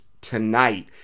tonight